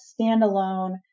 standalone